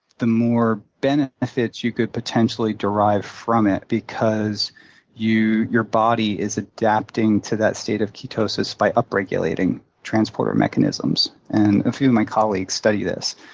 the more benefits you could potentially derive from it because your body is adapting to that state of ketosis by upregulating transporter mechanisms. and a few of my colleagues study this.